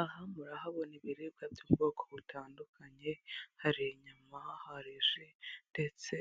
Aha murahabona ibiribwa by'ubwoko butandukanye hari inyama, hari ji ndetse